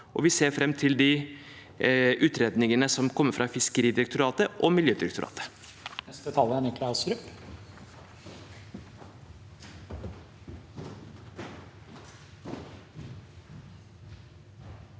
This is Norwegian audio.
vi ser fram til de utredningene som kommer fra Fiskeridirektoratet og Miljødirektoratet.